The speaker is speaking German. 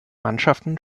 mannschaften